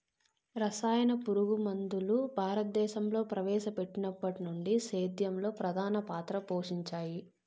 రసాయన పురుగుమందులు భారతదేశంలో ప్రవేశపెట్టినప్పటి నుండి సేద్యంలో ప్రధాన పాత్ర పోషించాయి